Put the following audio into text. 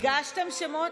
הגשתם שמות?